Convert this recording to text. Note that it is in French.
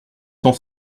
cent